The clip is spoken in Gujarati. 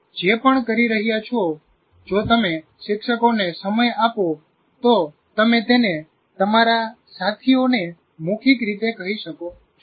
તમે જે પણ કરી રહ્યા છો જો તમે શિક્ષકોને સમય આપો તો તમે તેને તમારા સાથીઓને મૌખિક રીતે કહી શકો છો